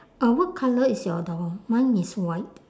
uh what colour is your that one mine is white